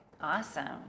Awesome